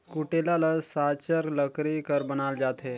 कुटेला ल साचर लकरी कर बनाल जाथे